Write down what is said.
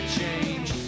change